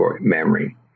memory